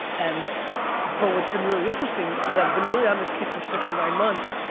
and but what's been really interesting is i've been really on this kick for six or nine months.